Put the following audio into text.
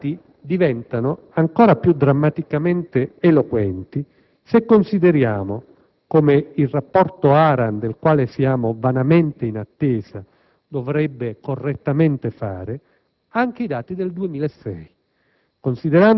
I dati diventano ancora più drammaticamente eloquenti se consideriamo, come il rapporto ARAN del quale siamo vanamente in attesa dovrebbe correttamente fare, anche i dati del 2006.